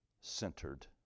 centered